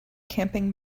camping